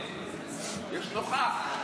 יש נוכח.